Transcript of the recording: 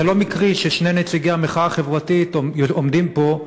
זה לא מקרי ששני נציגי המחאה החברתית עומדים פה.